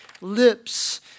lips